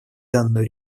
данную